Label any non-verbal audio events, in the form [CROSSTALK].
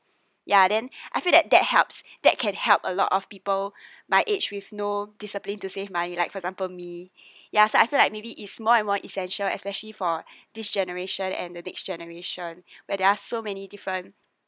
ya then [BREATH] I feel that that helps that can help a lot of people [BREATH] my age with no discipline to save money like for example me ya so I feel like maybe it's more and more essential especially for this generation and the next generation where there are so many different